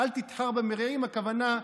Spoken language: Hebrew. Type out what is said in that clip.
"אל תתחר במרעים" הכוונה: